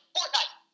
Fortnite